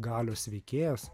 galios veikėjas